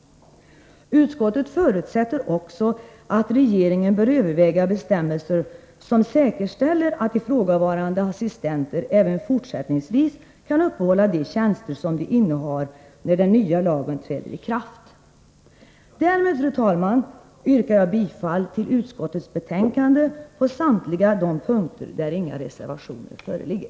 Utskottet förutsätter också att regeringen överväger bestämmelser som säkerställer att ifrågavarande assistenter även fortsättningsvis kan uppehålla de tjänster som de innehar, när den nya lagen träder i kraft. Därmed, fru talman, yrkar jag bifall till utskottets hemställan på samtliga de punkter där inga reservationer föreligger.